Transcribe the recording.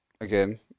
again